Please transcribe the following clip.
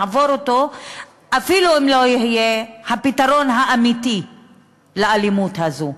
אפילו אם לא יהיה הפתרון האמיתי לאלימות הזאת,